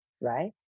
right